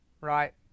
Right